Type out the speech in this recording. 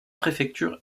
préfecture